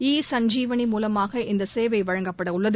இ சஞ்சீவனி மூலமாக இந்த சேவை வழங்கப்படவுள்ளது